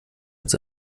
ins